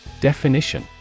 Definition